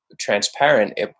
transparent